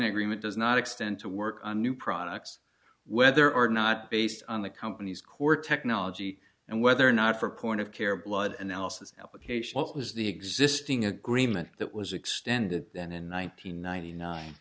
t agreement does not extend to work on new products whether or not based on the company's core technology and whether or not for point of care blood analysis application it was the existing agreement that was extended then in one nine hundred ninety nine